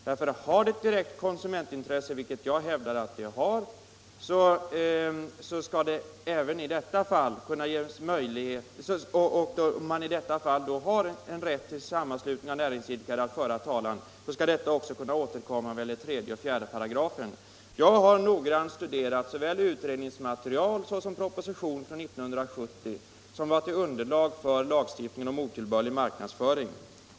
Har den ett direkt konsumentintresse, vilket jag hävdar att den har, och en sammanslutning av näringsidkare i detta fall alltså har rätt att föra talan, så skall detta också kunna återkomma i 3 och 4 8§. Jag har noggrant studerat såväl utredningsmaterialet som propositionen från 1970, som utgjorde underlag för lagstiftningen om otillbörlig marknadsföring.